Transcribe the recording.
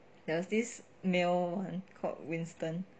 there was this male one called winston